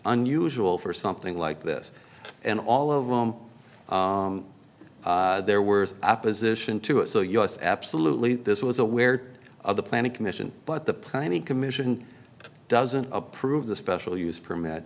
unusual for something like this and all of them there were opposition to it so yes absolutely this was aware of the planning commission but the planning commission doesn't approve the special use permit